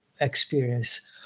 experience